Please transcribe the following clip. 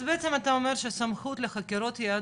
אז בעצם אתה אומר שסמכות לחקירות יהדות,